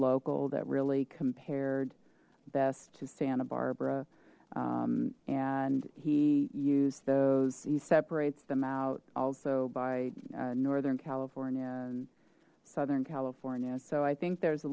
local that really compared best to santa barbara and he used those he separates them out also by northern california and southern california so i think there's a